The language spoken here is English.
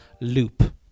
loop